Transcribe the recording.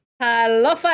Hello